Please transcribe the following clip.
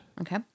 Okay